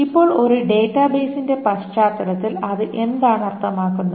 ഇപ്പോൾ ഒരു ഡാറ്റാബേസിന്റെ പശ്ചാത്തലത്തിൽ അത് എന്താണ് അർത്ഥമാക്കുന്നത്